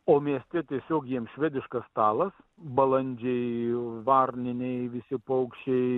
o mieste tiesiog jiems švediškas stalas balandžiai varniniai visi paukščiai